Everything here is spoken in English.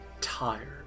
tired